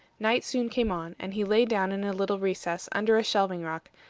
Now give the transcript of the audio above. night soon came on, and he lay down in a little recess under a shelving rock,